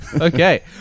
Okay